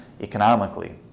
economically